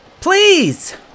Please